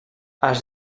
als